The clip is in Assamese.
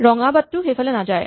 ৰঙা বাটটো সেইফালে নাযায়